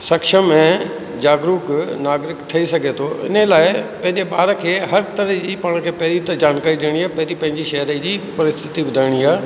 सक्षम ऐं जागरुक नागरिक ठही सघे थो इन लाइ पंहिंजे ॿार खे हर तरह जी पाण खे पहिरीं त जानकारी ॾियणी आहे पहिरीं पंहिंजी शहर जी परिस्थिति ॿुधाइणी आहे